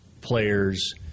players